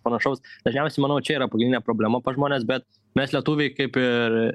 panašaus dažniausi manau čia yra pagrindinė problema pas žmones bet mes lietuviai kaip ir